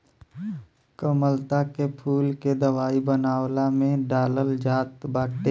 कमललता के फूल के दवाई बनवला में डालल जात बाटे